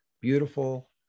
beautiful